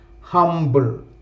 humble